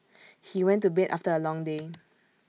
he went to bed after A long day